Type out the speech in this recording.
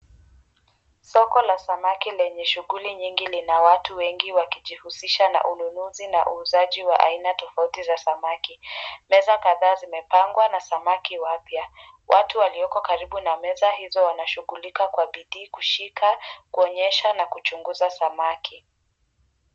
Soko la samaki lenye shughuli nyingi lina watu wengi wakijihusisha na ununuzi na uuzaji wa aina tofauti za samaki. Meza kadhaa zimepangwa na samaki wapya. Watu walioko karibu na meza hizo wanashughulika kwa bidii kushika, kuonyesha na kuchunguza samaki.